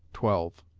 twelve.